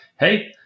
Hey